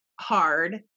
hard